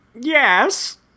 Yes